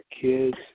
kids